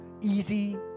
easy